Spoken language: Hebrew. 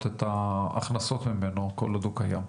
את ההכנסות ממנו כל עוד הוא קיים.